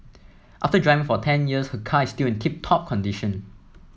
after driving for ten years her car is still in tip top condition